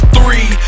Three